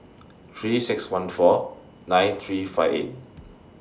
three six one four nine three five eight